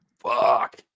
fuck